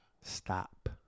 Stop